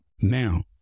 Now